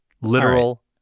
Literal